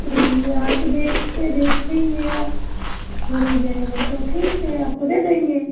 चलिए आके देखे देखेंगे या अगर हो जाएगा तो ठीक है आपको दे देंगे